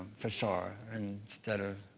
for sure, instead of